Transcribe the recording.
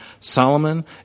Solomon